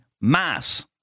Mass